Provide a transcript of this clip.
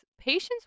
patients